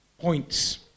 points